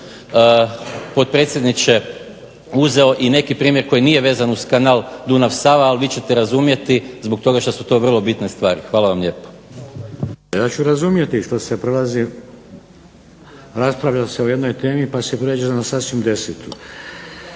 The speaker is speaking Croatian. potpredsjedniče uzeo i neke primjere koji nije vezan uz Kanal Dunav-Sava, ali vi ćete razumjeti zbog toga što su to vrlo bitne stvari. Hvala lijepo. **Šeks, Vladimir (HDZ)** Ja ću razumjeti što se prelazi, raspravlja se o jednoj temi pa se pređe na sasvim desetu.